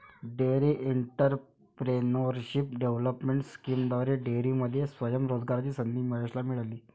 dairy entrepreneurship development स्कीमद्वारे डेअरीमध्ये स्वयं रोजगाराची संधी महेशला मिळाली